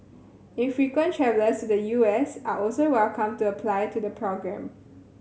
infrequent travellers to the U S are also welcome to apply to the programme